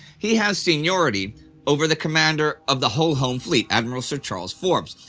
he has seniority over the commander of the whole home fleet, admiral sir charles forbes,